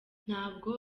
ntabwo